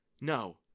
No